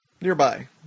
Nearby